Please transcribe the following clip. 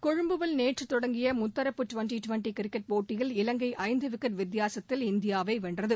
கொழும்புவில் நேற்று தொடங்கிய முத்தரப்பு டுவெண்டி டுவெட்டி கிரிக்கெட் போட்டியில் இலங்கை ஐந்து விக்கெட் வித்தியாசத்தில் இந்தியாவை வென்றது